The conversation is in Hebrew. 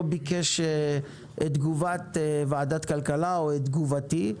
ביקש את תגובת ועדת כלכלה או את תגובתי.